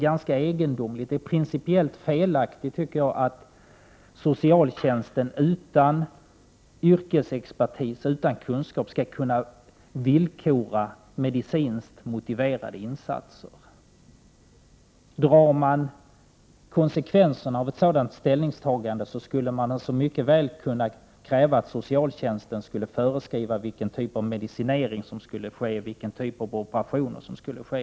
Det är principiellt felaktigt, tycker jag, att socialtjänsten utan yrkesexpertis och utan kunskap skulle kunna villkora medicinskt motiverade insatser. Konsekvenserna av ett sådant ställningstagande skulle mycket väl kunna bli att socialtjänsten också skulle föreskriva vilken typ av medicinering eller operation som skulle ske.